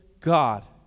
God